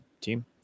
team